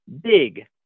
big